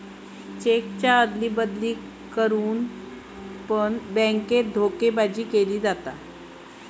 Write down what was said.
चेकच्या अदली बदली करान पण बॅन्केत धोकेबाजी केली जाता